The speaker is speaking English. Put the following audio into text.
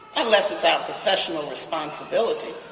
unless it's our professional responsibility.